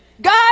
God